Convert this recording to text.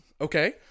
okay